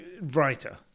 writer